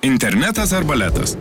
internetas ar baletas